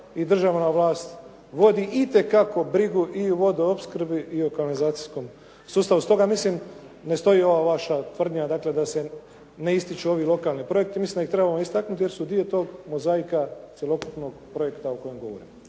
i državna vlast vodi itekako brigu i o vodoopskrbi i o kanalizacijskom sustavu. Stoga mislim, ne stoji ova vaša tvrdnja dakle da se ne ističu ovi lokalni projekti. Mislim da ih trebamo istaknuti jer su dio tog mozaika cjelokupnog projekta o kojem govorimo.